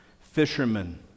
Fishermen